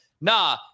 Nah